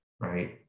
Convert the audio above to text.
right